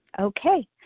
Okay